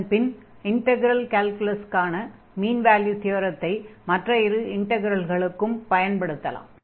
அதன்பின் இன்டக்ரல் கால்குலஸுக்கான mean value தியரத்தை மற்ற இரு இன்டக்ரல்களுக்கும் பயன்படுத்தலாம்